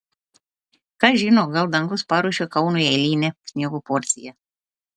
kas žino gal dangus paruošė kaunui eilinę sniego porciją